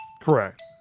Correct